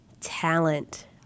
talent